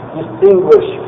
distinguish